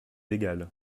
égal